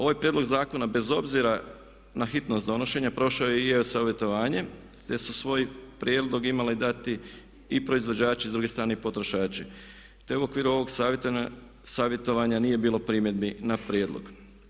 Ovaj prijedlog zakona bez obzira na hitnost donošenja prošao je i … savjetovanje te su svoj prijedlog imale dati i proizvođači, s druge strane i potrošači te u okviru ovog savjetovanja nije bilo primjedbi na prijedlog.